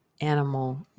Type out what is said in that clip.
animal